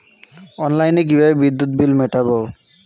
অনলাইনে কিভাবে বিদ্যুৎ বিল মেটাবো?